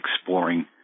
exploring